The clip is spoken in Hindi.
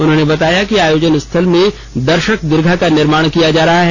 उन्होंने बताया कि आयोजन स्थल में दर्शक दीर्घा का निमार्ण किया जा रहा है